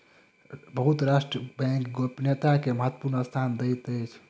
बहुत राष्ट्र बैंक गोपनीयता के महत्वपूर्ण स्थान दैत अछि